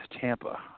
Tampa